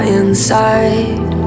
inside